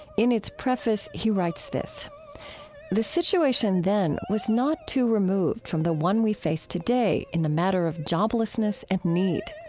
in it's preface, he writes this the situation then was not too removed from the one we face today in the matter of joblessness and need.